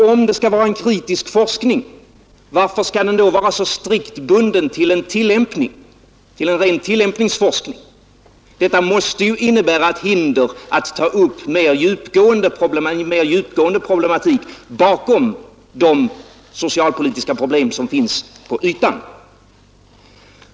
Om det skall vara en kritisk forskning, varför skall den då vara så strikt bunden till en ren tillämpningsforskning? Detta måste innebära ett hinder att ta upp mer djupgående problematik bakom de socialpolitiska problem som finns på ytan.